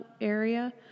area